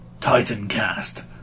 TitanCast